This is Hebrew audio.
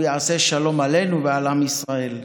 הוא יעשה שלום עלינו ועל עם ישראל.